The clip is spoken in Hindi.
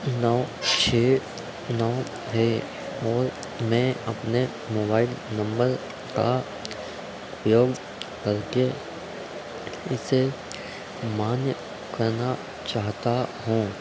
नौ छः नौ है और मैं अपने मोबाइल नंबर का उपयोग करके इसे मान्य करना चाहता हूँ